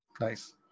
Nice